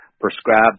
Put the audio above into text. prescribed